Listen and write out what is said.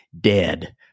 dead